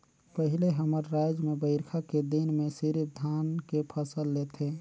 पहिले हमर रायज में बईरखा के दिन में सिरिफ धान के फसल लेथे